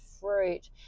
fruit